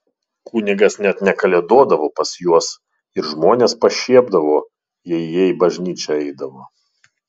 kunigas net nekalėdodavo pas juos ir žmonės pašiepdavo jei jie į bažnyčią eidavo